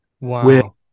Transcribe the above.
wow